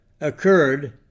occurred